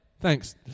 thanks